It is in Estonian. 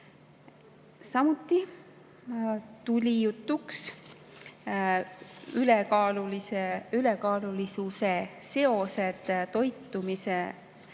Samuti tulid jutuks ülekaalu seosed toitumise